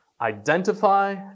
identify